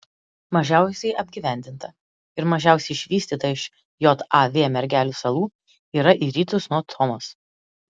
mažiausiai apgyvendinta ir mažiausiai išvystyta iš jav mergelių salų yra į rytus nuo thomas